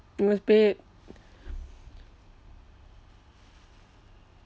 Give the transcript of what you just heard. you must pay